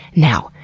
now,